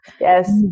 Yes